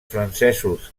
francesos